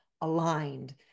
aligned